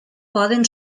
poden